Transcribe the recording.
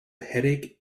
headache